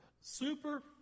Super